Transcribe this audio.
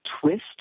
twist